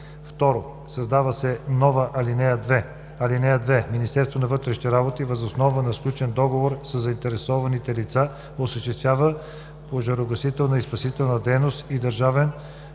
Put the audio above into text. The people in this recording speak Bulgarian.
2. Създава се нова ал. 2: „(2) Министерството на вътрешните работи въз основа на сключен договор със заинтересованите лица осъществява пожарогасителна и спасителна дейност и държавен